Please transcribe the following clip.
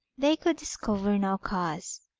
they could discover no cause.